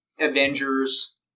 Avengers